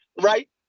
right